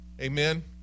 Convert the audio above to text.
Amen